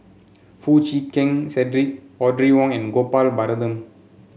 Foo Chee Keng Cedric Audrey Wong and Gopal Baratham